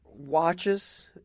watches